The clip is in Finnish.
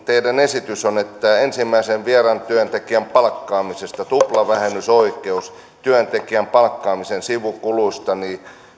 teidän esityksenne on että ensimmäisen vieraan työntekijän palkkaamisesta tuplavähennysoikeus työntekijän palkkaamisen sivukuluista niin